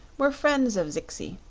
were friends of zixi,